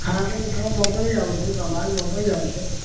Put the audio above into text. खाना पनि खाउँ म पनि ल्याउँछु सामान म पनि ल्याउँछु